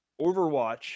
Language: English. Overwatch